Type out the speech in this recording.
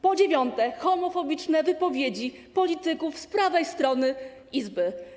Po dziewiąte, homofobiczne wypowiedzi polityków z prawej strony Izby.